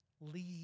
leave